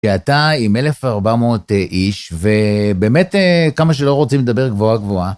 כי אתה עם 1400 איש ובאמת כמה שלא רוצים לדבר גבוהה גבוהה.